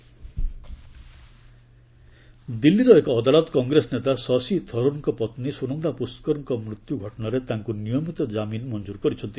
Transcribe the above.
court Tharoor ଦିଲ୍ଲୀର ଏକ ଅଦାଲତ କଂଗ୍ରେସ ନେତା ଶଶୀ ଥର୍ଚର୍ଙ୍କ ପତ୍ନୀ ସ୍ରନନ୍ଦା ପୁଷ୍କରଙ୍କ ମୃତ୍ୟୁ ଘଟଣାରେ ତାଙ୍କୁ ନିୟମିତ କାମିନ ମଞ୍ଜୁର କରିଛନ୍ତି